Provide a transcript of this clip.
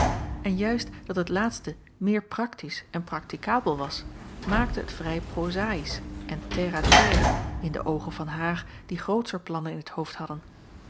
en juist dat het laatste meer praktisch en praktikabel was maakte het vrij prozaïsch en terre à terre in de oogen van haar die grootscher plannen in t hoofd hadden